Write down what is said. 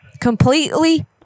Completely